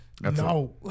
No